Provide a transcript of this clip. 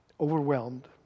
overwhelmed